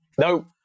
No